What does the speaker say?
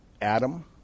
Adam